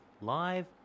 live